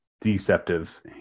deceptive